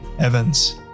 Evans